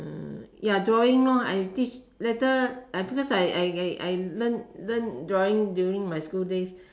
uh ya drawing lor I teach later because I I I learnt learnt drawing during my school days